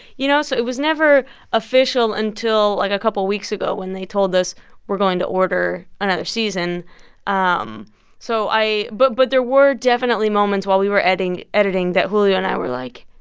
you know? so it was never official until, like, a couple weeks ago when they told us we're going to order another season um so i but but there were definitely moments while we were editing editing that julio and i were like,